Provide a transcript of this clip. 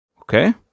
Okay